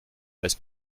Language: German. als